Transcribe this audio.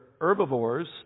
herbivores